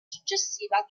successiva